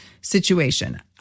situation